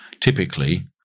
Typically